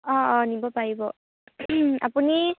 অঁ অঁ নিব পাৰিব আপুনি